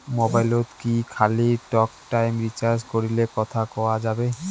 মোবাইলত কি খালি টকটাইম রিচার্জ করিলে কথা কয়া যাবে?